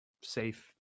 safe